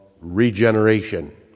regeneration